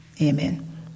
Amen